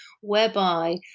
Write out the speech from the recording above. whereby